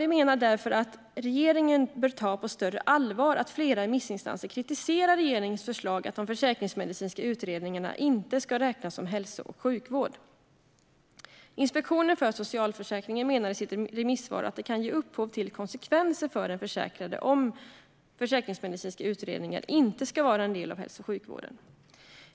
Vi menar därför att regeringen bör ta på större allvar att flera remissinstanser kritiserar regeringens förslag att de försäkringsmedicinska utredningarna inte ska räknas som hälso och sjukvård. Inspektionen för socialförsäkringen menar i sitt remissvar att det kan ge upphov till konsekvenser för den försäkrade om försäkringsmedicinska utredningar inte ska vara en del av hälso och sjukvården.